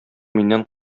миннән